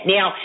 Now